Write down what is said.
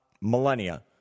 millennia